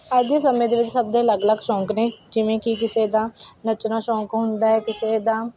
ਅੱਜ ਦੇ ਸਮੇਂ ਦੇ ਵਿੱਚ ਸਭ ਦੇ ਅਲੱਗ ਅਲੱਗ ਸ਼ੌਂਕ ਨੇ ਜਿਵੇਂ ਕਿ ਕਿਸੇ ਦਾ ਨੱਚਣਾ ਸ਼ੌਂਕ ਹੁੰਦਾ ਹੈ ਕਿਸੇ ਦਾ